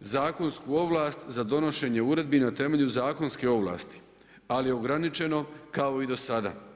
zakonsku ovlast za donošenje uredbi na temelju zakonske ovlasti, ali ograničeno kao i do sada.